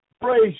Praise